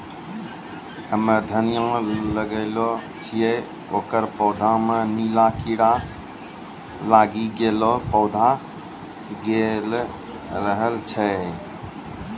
हम्मे धनिया लगैलो छियै ओकर पौधा मे नीला कीड़ा लागी गैलै पौधा गैलरहल छै?